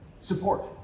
support